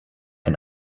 ein